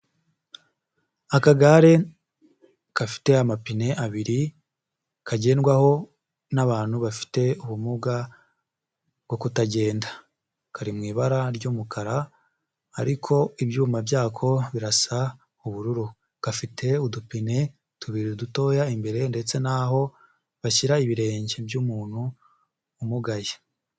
Akagare gafite amapine abiri, kagendwaho n'abantu bafite ubumuga, bwo kutagenda. Kari mu ibara ry'umukara, ariko ibyuma byako, birasa ubururu. Gafite udupine tubiri dutoya imbere, ndetse n'aho bashyira ibirenge by'umuntu umugaye.